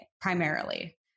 primarily